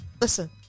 Listen